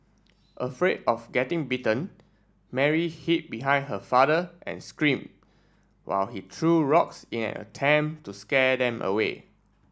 afraid of getting bitten Mary hid behind her father and screamed while he threw rocks in an attempt to scare them away